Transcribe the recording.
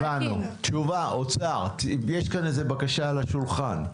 תשובה, אוצר, יש כאן בקשה על השולחן.